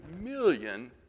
million